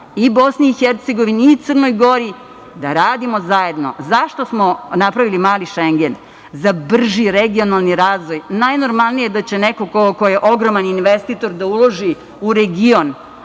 i BiH i Crnoj Gori da radimo zajedno.Zašto smo napravili mali Šengen? Za brži regionalni razvoj. Najnormalnije je da će neko ko je ogromni investitor da uloži u region,